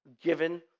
given